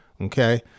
Okay